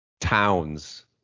Towns